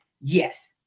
yes